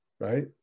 right